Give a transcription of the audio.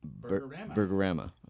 Burgerama